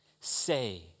say